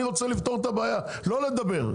אני רוצה לפתור את הבעיה לא לדבר.